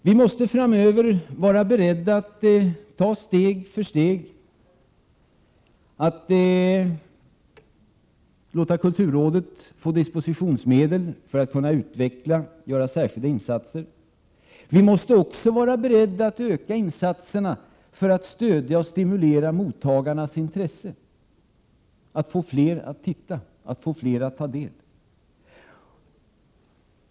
Vi måste framöver vara beredda att ta steg för steg och låta kulturrådet få dispositionsmedel för att kunna utveckla och göra särskilda insatser. Vi måste också vara beredda att öka insatserna för att stödja och stimulera mottagarnas intresse — att få fler att titta och att få fler att ta del.